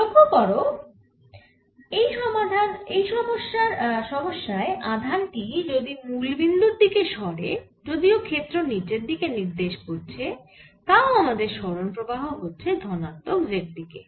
লক্ষ্য করো এই সমস্যায় আধান টি যদি মুল বিন্দুর দিকে সরে যদিও ক্ষেত্র নিচের দিকে নির্দেশ করছে তাও আমাদের সরন প্রবাহ হচ্ছে ধনাত্মক z দিকে